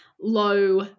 low